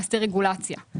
להסיר רגולציה,